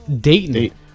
Dayton